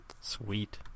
Sweet